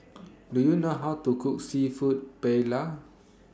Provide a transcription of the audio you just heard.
Do YOU know How to Cook Seafood Paella